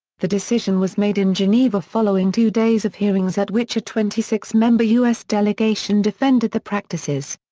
the decision was made in geneva following two days of hearings at which a twenty six member u s. delegation defended the practices.